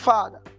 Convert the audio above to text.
Father